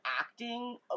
acting